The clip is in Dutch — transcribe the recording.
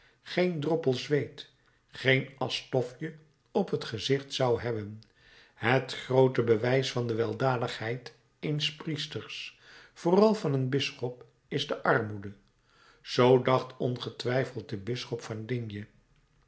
geen droppel zweet geen aschstofje op het gezicht zou hebben het groote bewijs van de weldadigheid eens priesters vooral van een bisschop is de armoede zoo dacht ongetwijfeld de bisschop van digne